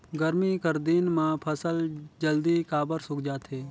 गरमी कर दिन म फसल जल्दी काबर सूख जाथे?